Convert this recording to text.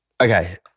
Okay